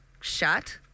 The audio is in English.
shut